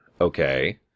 Okay